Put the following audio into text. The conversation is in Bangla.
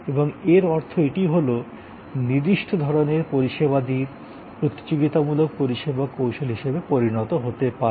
এবং এর অর্থ এটি হল নির্দিষ্ট ধরণের পরিষেবাদির প্রতিযোগিতামূলক পরিষেবা কৌশল হিসাবে পরিণত হতে পারে